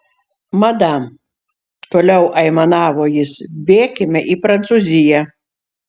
madam toliau aimanavo jis bėkime į prancūziją